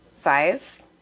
five